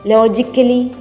Logically